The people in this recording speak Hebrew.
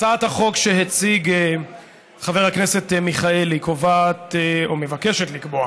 הצעת החוק שהציג חבר הכנסת מלכיאלי מבקשת לקבוע